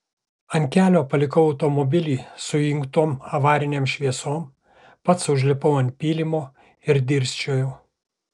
ant kelio palikau automobilį su įjungtom avarinėm šviesom pats užlipau ant pylimo ir dirsčiojau